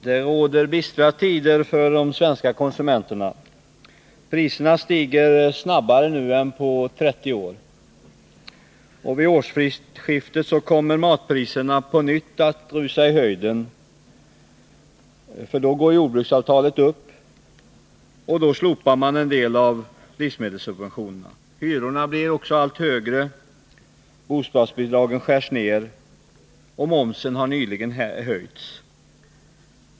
Herr talman! Det är bistra tider för de svenska konsumenterna. Priserna stiger snabbare nu än på 30 år, och vid årsskiftet kommer matpriserna att på nytt rusa i höjden. Då går nämligen jordbrukspriserna upp och man slopar en del av livsmedelssubventionerna. Hyrorna blir också allt högre, bostadsbi dragen skärs ned och momsen har nyligen höjts.